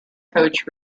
coach